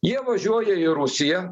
jie važiuoja į rusiją